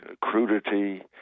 crudity